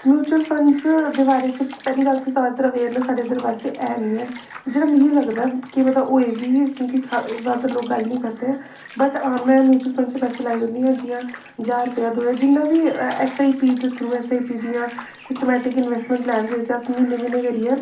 mutual funds दे बारे च पैह्ली गल्ल ते जादातर अवेयरनेस साढ़े इद्धर पासै ऐनी ऐ जेह्ड़ा मिगी लगदा ऐ केह् पता होये बी क्योंकि जादातर लोग गल्ल निं करदे वट् मेंम्युचूअल फंड्स च पैसे लाई ओड़नियां आं जि'यां ज्हार रपेआ दो ज्हार जि'न्ना बी एस आई पी दे थ्रू एस आई पी जि'यां सिस्टमैटिक इन्वेस्टमेंट प्लान जेह्दे च अस म्हीने म्हीने करियै